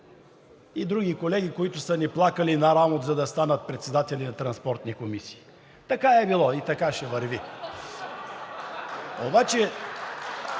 и други колеги, които са ни плакали на рамото, за да станат председатели на транспортни комисии. Така е било и така ще върви.